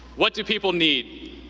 what do people need?